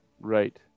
Right